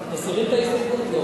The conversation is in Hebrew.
מסירים את ההסתייגות?